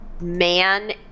Man